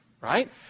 right